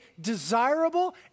desirable